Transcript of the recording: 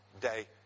day